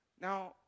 Now